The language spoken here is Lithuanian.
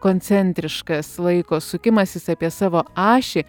koncentriškas laiko sukimasis apie savo ašį